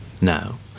now